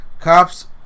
cops